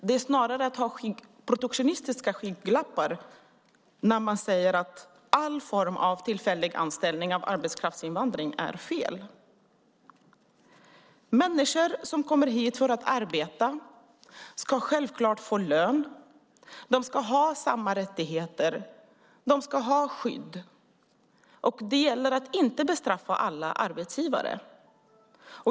Det är snarare att ha protektionistiska skygglappar när man säger att all form av tillfällig anställning av arbetskraftsinvandring är fel. Människor som kommer hit för att arbeta ska självklart få lön. De ska ha samma rättigheter. De ska ha skydd. Och det gäller att inte bestraffa alla arbetsgivare.